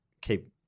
keep